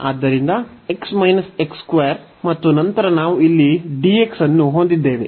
ಆದ್ದರಿಂದ x ಮತ್ತು ನಂತರ ನಾವು ಇಲ್ಲಿ dx ಅನ್ನು ಹೊಂದಿದ್ದೇವೆ